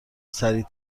سریع